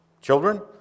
children